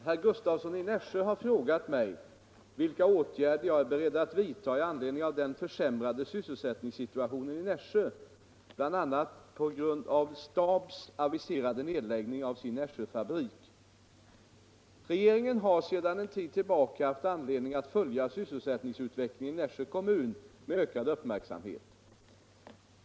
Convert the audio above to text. Herr Gustavsson i Nässjö har frågat mig vilka åtgärder jag är beredd att vidta i anledning av den försämrade sysselsättningssituationen i Nässjö bl.a. på grund av STAB:s aviserade nedläggning av sin Nässjöfabrik. Regeringen har sedan en tid tillbaka haft anledning att följa sysselsättningsutvecklingen i Nässjö kommun med ökad uppmärksamhet.